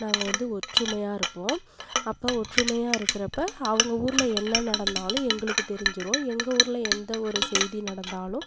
நாங்கள் வந்து ஒற்றுமையாக இருப்போம் அப்போ ஒற்றுமையாக இருக்கறப்போ அவங்க ஊரில் என்ன நடந்தாலும் எங்களுக்கு தெரிஞ்சிரும் எங்கள் ஊரில் எந்த ஒரு செய்தி நடந்தாலும்